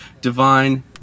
Divine